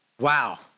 Wow